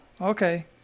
okay